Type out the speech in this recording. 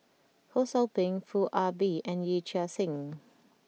Ho Sou Ping Foo Ah Bee and Yee Chia Hsing